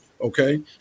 okay